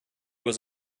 was